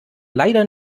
leider